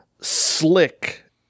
slick